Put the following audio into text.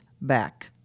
back